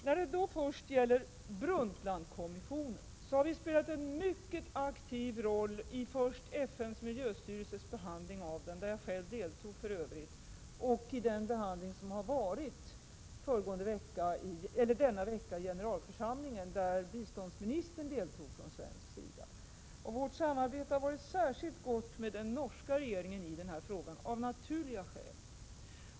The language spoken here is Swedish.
När det först gäller Brundtlandkommissionen har vi spelat en mycket aktiv roll i FN:s miljöstyrelses behandling, där jag för övrigt själv deltog, och i behandlingen denna vecka i generalförsamlingen, där biståndsministern deltog från svensk sida. Vårt samarbete har varit särskilt gott med den norska regeringen i denna fråga — av naturliga skäl.